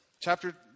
Chapter